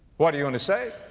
what're you gonna say?